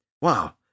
Wow